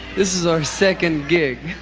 is our second gig.